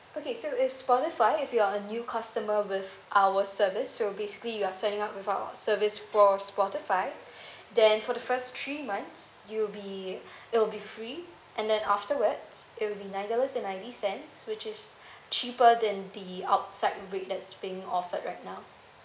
okay so if spotify if you're a new customer with our service so basically you are signing up with our service for spotify then for the first three months you'll be it will be free and then afterwards it will be nine dollars and ninety cents which is cheaper than the outside rate that's being offered right now